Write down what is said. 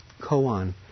koan